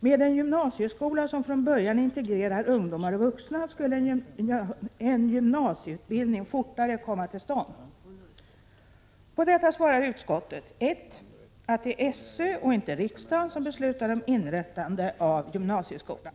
Med en gymnasieskola som från början integrerar ungdomar och vuxna skulle en gymnasieutbildning fortare komma till stånd. På detta svarar utskottet: För det första att det är SÖ och inte riksdagen som beslutar om inrättande av gymnasieskola.